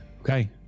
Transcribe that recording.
okay